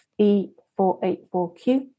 E484Q